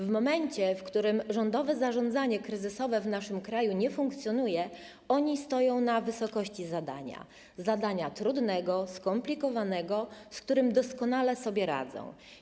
W momencie gdy rządowe zarządzanie kryzysowe w naszym kraju nie funkcjonuje, oni stoją na wysokości zadania, zadania trudnego, skomplikowanego, z którym doskonale sobie radzą.